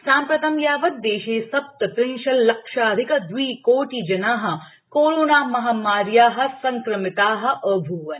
साम्प्रतं यावत् देशे सप्तत्रिंशल्लक्षाधिक द्विकोटिजनाः कोरोनामहामार्या संक्रमिता अभूवन्